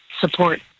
support